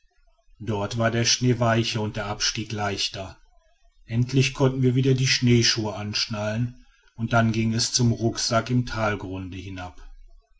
dort war der schnee weicher und der abstieg leichter endlich konnten wir wieder die schneeschuhe anschnallen und dann ging es zum rucksack im talgrunde hinab